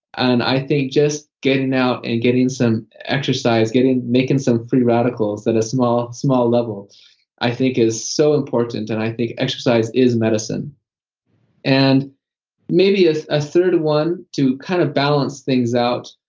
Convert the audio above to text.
and i think just getting out and getting some exercise making some free radicles at a small small level i think is so important, and i think exercise is medicine and maybe ah a third one to kind of balance things out,